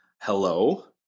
hello